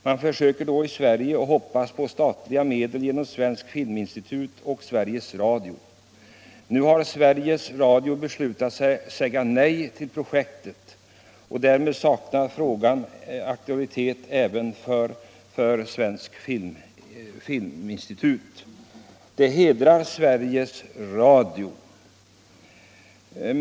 Man försöker då i Sverige och hoppas på statliga medel genom Svenska filminstitutet och Sveriges Radio. Nu har Sveriges Radio beslutat säga nej till projektet, och därmed saknar frågan aktualitet även för Svenska filminstitutet. Det hedrar Sveriges Radio.